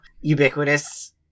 ubiquitous